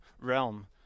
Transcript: realm